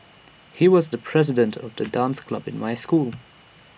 he was the president of the dance club in my school